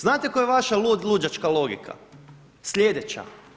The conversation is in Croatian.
Znate koja je vaša luđačka logika, sljedeća.